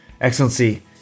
Excellency